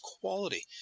quality